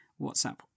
WhatsApp